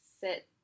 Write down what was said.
sit